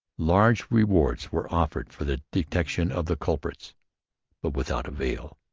large rewards were offered for the detection of the culprits but without avail.